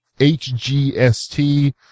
HGST